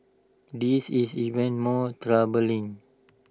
this is even more troubling